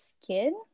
skin